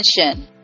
attention